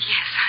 Yes